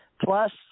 plus